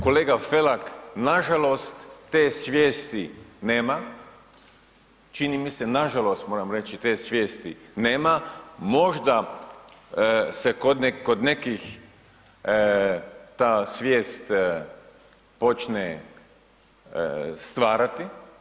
Kolega Felak, nažalost te svijesti nema čini mi se, nažalost, moram reći, te svijesti nema, možda se kod nekih ta svijest počne stvarati.